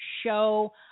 show